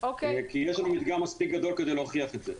כי יש לנו מדגם מספיק גדול כדי להוכיח את זה.